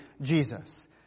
Jesus